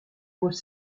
mots